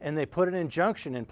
and they put an injunction in